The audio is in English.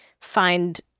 find